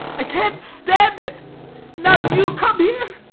i can't stand it! and now you come here.